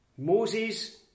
Moses